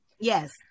Yes